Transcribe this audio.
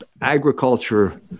agriculture